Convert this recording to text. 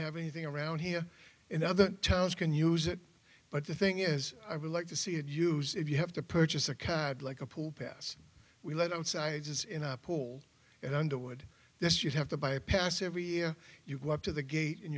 have anything around here in other towns can use it but the thing is i would like to see it use if you have to purchase a cad like a pool pass we let sizes in our pool and under would this you'd have to buy a pass every year you walk to the gate and